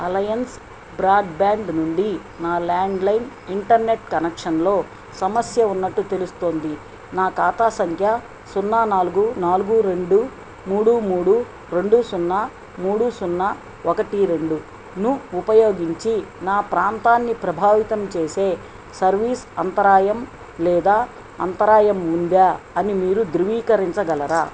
alliance broadband నుండి నా landline internet కనెక్షన్లో సమస్య ఉన్నట్లు తెలుస్తుంది నా ఖాతా సంఖ్య సున్నా నాలుగు నాలుగు రెండు మూడు మూడు రెండు సున్నా మూడు సున్నా ఒకటి రెండు ను ఉపయోగించి నా ప్రాంతాన్ని ప్రభావితం చేసే సర్వీస్ అంతరాయం లేదా అంతరాయం ఉందా అని మీరు ధృవీకరించగలరా